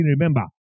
remember